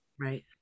right